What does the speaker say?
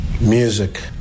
music